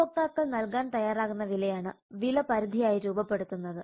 ഉപഭോക്താക്കൾ നൽകാൻ തയ്യാറാകുന്ന വിലയാണ് വില പരിധിയായി രൂപപ്പെടുത്തുന്നത്